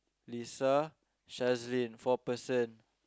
Lisa Shazlin four person